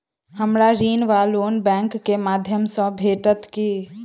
हमरा ऋण वा लोन बैंक केँ माध्यम सँ भेटत की?